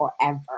forever